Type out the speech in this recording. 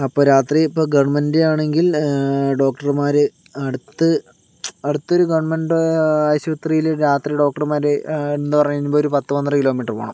അപ്പൊൾ രാത്രി ഇപ്പൊൾ ഗവൺമെൻറ്റ് ആണെങ്കിൽ ഡോക്ടർമാര് അടുത്ത് അടുത്തൊരു ഗവണ്മെൻറ്റ് ആശുപത്രീല് രാത്രി ഡോക്ടർമാര് എന്ന് പറയുമ്പോൾ ഒരു പത്തു പന്ത്രണ്ട് കിലോമീറ്റർ പോകണം